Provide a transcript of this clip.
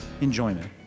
enjoyment